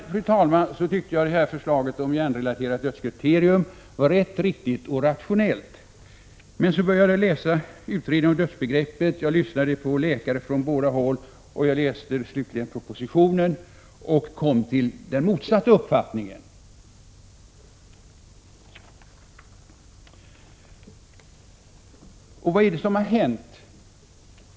Från början tyckte jag att förslaget om ett hjärnrelaterat dödskriterium var rätt, riktigt och rationellt, men så började jag läsa utredningen om dödsbegreppet. Jag lyssnade på läkare från båda håll, och jagläste slutligen propositionen. Då kom jag till den motsatta uppfattningen. Vad är det som har hänt?